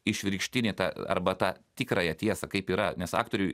išvirkštinė ta arba tą tikrąją tiesą kaip yra nes aktoriui